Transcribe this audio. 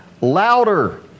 louder